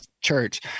church